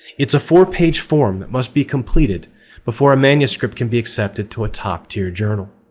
it's a four page form that must be completed before a manuscript can be accepted to a top-tier journal.